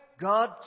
God